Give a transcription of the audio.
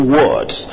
words